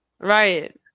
Right